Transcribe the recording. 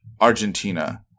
Argentina